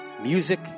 music